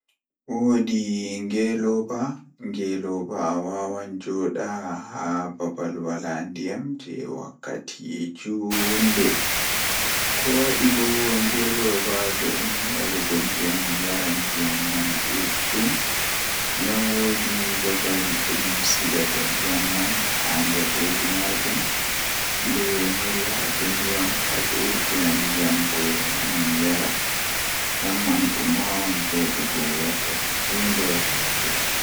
Njiddaade siki e ndiyam ngam sabu ndiyam so tawii njillataa he window, jokkondir ko to ɗaɓɓu njillataa. Njiddere caɗeele ngam fitirnde window, holla ngam waɗde so tawii cuɓɓoraa hoto, nde waawataa njabbude ngam fitirnde window ngal